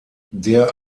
der